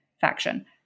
faction